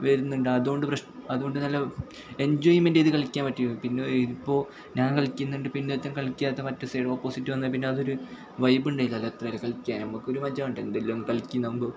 വരുന്നുണ്ട് അതുകൊണ്ട് പ്രശ് അതുകൊണ്ട് നല്ല എഞ്ചോയ്മെൻ്റ് ചെയ്ത് കളിയ്ക്കാൻ പറ്റിയത് പിന്നെ എയ് ബൊ ഞാൻ കളിക്കുന്നുണ്ട് പിന്നത്തെ കളിക്കാത്ത മറ്റെ സേവാപ്പോസിറ്റ് വന്നെ പിന്നെ അതൊരു വൈബുണ്ടേലല്ല അത്ര കളിയ്ക്കാൻ നമുക്കൊരു മജ വേണ്ടെ കളിക്കുന്നാകുമ്പോൾ